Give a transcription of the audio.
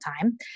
time